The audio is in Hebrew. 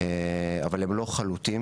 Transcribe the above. אבל הם לא חלוטים.